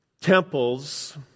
temples